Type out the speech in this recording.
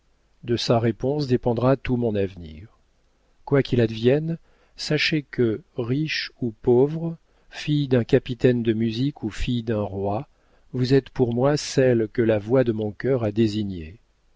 de sa réponse dépendra tout mon avenir quoi qu'il advienne sachez que riche ou pauvre fille d'un capitaine de musique ou fille d'un roi vous êtes pour moi celle que la voix de mon cœur a désignée